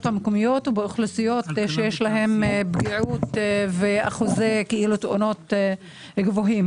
המקומיות ובאוכלוסיות שיש להם פגיעות ואחוזי תאונות גבוהים.